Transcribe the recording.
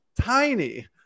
tiny